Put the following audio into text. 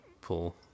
pull